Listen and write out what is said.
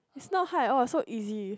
is not hard at all so easy